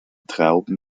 trauben